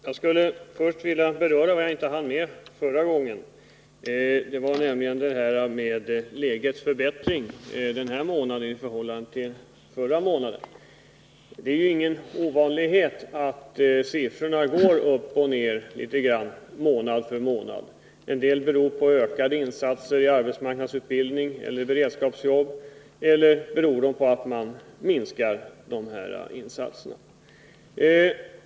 Herr talman! Jag skulle först vilja beröra något som jag inte hann med förra gången, nämligen detta med lägets förbättring denna månad i förhållande till förra månaden. Det är ju ingen ovanlighet att siffrorna går upp och nerlitet grand månad för månad. Ibland beror det på ökade insatser i fråga om arbetsmarknadsutbildning eller beredskapsjobb, ibland beror det på att man minskar de här insatserna.